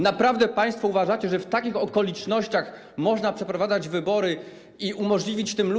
Naprawdę państwo uważacie, że w takich okolicznościach można przeprowadzać wybory i umożliwić tym ludziom.